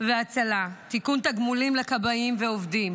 והצלה (תיקון, תגמולים לכבאים ועובדים).